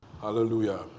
Hallelujah